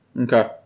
okay